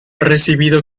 recibido